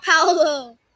Paolo